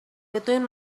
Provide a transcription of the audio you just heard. between